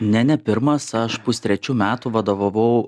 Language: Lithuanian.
ne ne pirmas aš pustrečių metų vadovavau